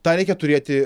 tą reikia turėti